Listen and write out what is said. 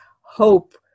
hope